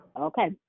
Okay